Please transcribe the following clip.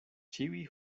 ĉiuj